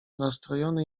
nastrojony